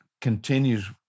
continues